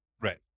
right